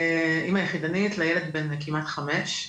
אמא יחידנית לילד בן כמעט חמש,